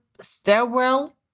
stairwell